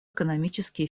экономический